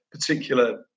particular